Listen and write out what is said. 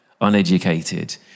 uneducated